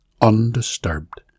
undisturbed